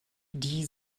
die